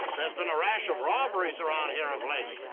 there's been a rash of robberies around here of late.